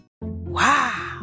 Wow